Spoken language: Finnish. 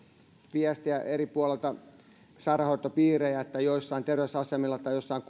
viestejä eri puolilta sairaanhoitopiirejä että joillain terveysasemilla tai joissain